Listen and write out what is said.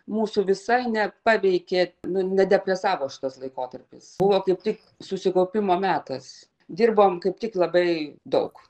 mūsų visai nepaveikė nu nedepresavo šitas laikotarpis buvo kaip tik susikaupimo metas dirbom kaip tik labai daug